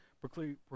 proclaim